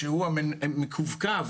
המפגע.